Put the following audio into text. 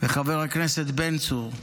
לחבר הכנסת בן צור.